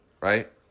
right